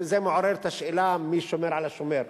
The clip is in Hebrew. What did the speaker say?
זה מעורר את השאלה מי שומר על השומר,